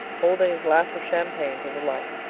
holding a glass of champagne to the light.